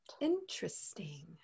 interesting